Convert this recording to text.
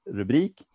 rubrik